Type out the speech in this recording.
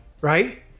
right